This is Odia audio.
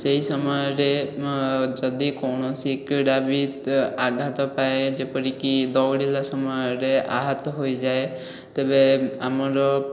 ସେହି ସମୟରେ ଯଦି କୌଣସି କ୍ରିଡ଼ାବିତ୍ ଆଘାତ ପାଏ ଯେପରିକି ଦୌଡ଼ିଲା ସମୟରେ ଆହତ ହୋଇଯାଏ ତେବେ ଆମର